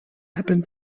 happened